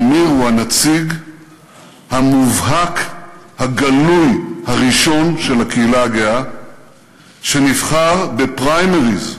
אמיר הוא הנציג המובהק הגלוי הראשון של הקהילה הגאה שנבחר בפריימריז,